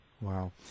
Wow